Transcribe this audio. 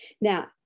Now